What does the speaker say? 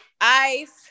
ice